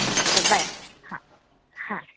हां चल बाय हां हां